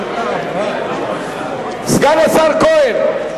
סגן השר כהן.